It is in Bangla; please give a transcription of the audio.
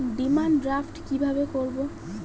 ডিমান ড্রাফ্ট কীভাবে করব?